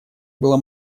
было